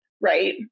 Right